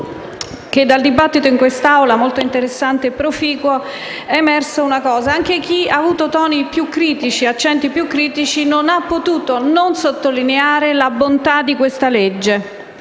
dal dibattito in quest'Assemblea, molto interessante e proficuo, è emerso che anche chi ha avuto toni e accenti più critici non ha potuto non sottolineare la bontà di questo disegno